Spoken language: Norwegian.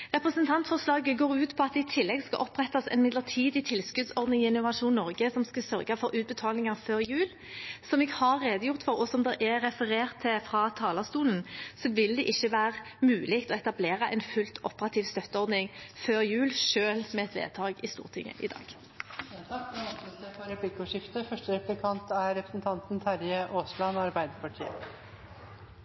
Representantforslaget går ut på at det i tillegg skal opprettes en midlertidig tilskuddsordning i Innovasjon Norge som skal sørge for utbetalinger før jul. Som jeg har redegjort for, og som det er referert til fra talerstolen, vil det ikke være mulig å etablere en fullt operativ støtteordning før jul, selv med et vedtak i Stortinget i dag. Det blir replikkordskifte. Arbeidsledigheten er rekordhøy. Vi har igjen passert kanskje over 200 000 mennesker der ute som er